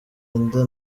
inda